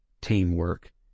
teamwork